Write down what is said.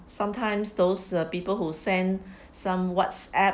sometimes those uh people who send some whatsapp